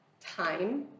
time